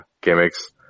gimmicks